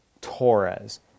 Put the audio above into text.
Torres